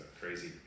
crazy